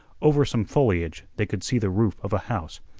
over some foliage they could see the roof of a house.